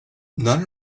none